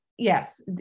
Yes